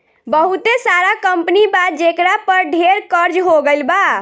बहुते सारा कंपनी बा जेकरा पर ढेर कर्ज हो गइल बा